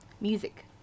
music